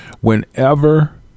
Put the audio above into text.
whenever